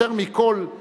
יותר מכול,